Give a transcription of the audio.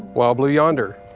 wild blue yonder.